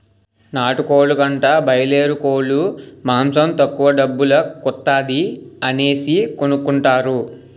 నాటుకోలు కంటా బాయలేరుకోలు మాసం తక్కువ డబ్బుల కొత్తాది అనేసి కొనుకుంటారు